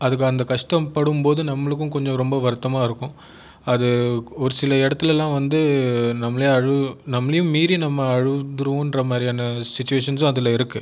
அதுக்கு அந்த கஷ்டம் படும்போது நம்மளுக்கும் கொஞ்சம் ரொம்ப வருத்தமாக இருக்கும் அது ஒரு சில இடத்துலெல்லாம் வந்து நம்மளே நம்மளையும் மீறி நம்ம அழுதுடுவோம் என்ற மாதிரி சுட்சிவேஷன்சும் அதில் இருக்குது